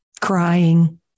crying